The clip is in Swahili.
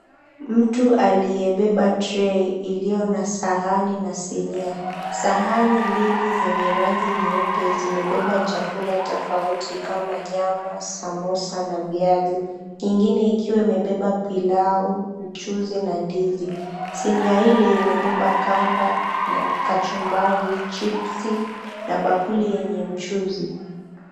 Mtu aliyebeba tray iliyo na sahani na sinia. Sahani mbili zenye rangi nyeupe zimebeba chakula tofauti kama nyama, samosa na viazi. Nyingine ikiwa imebeba pilau, mchuzi na ndizi. Sinia ile imebeba kamba na kachumbari, chipsi, na bakuli yenye mchuzi.